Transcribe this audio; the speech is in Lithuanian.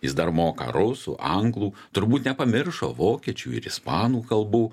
jis dar moka rusų anglų turbūt nepamiršo vokiečių ir ispanų kalbų